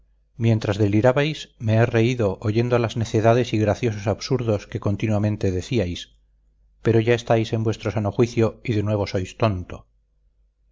mientras delirabais me he reído oyendo las necedades y graciosos absurdos que continuamente decíais pero ya estáis en vuestro sano juicio y de nuevo sois tonto